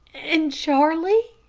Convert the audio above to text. and charlie?